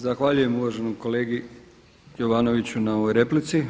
Zahvaljujem uvaženom kolegi Jovnoviću na ovoj replici.